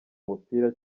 umupira